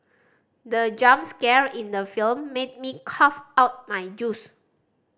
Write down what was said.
the jump scare in the film made me cough out my juice